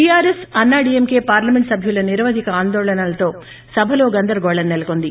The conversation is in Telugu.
టీఆర్ఎస్ అన్సాడీఎకె పార్లమెంట్ సభ్యుల నిరవదిక ఆందోళనలతో సభలో గందరగోళం సెలకొంది